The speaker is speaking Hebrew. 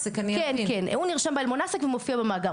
הוא נרשם באל-מונסק ומופיע במאגר.